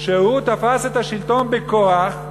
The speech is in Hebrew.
שתפס את השלטון בכוח,